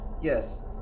Yes